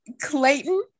Clayton